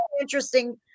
interesting